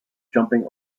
jumping